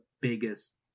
biggest